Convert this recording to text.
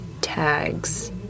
tags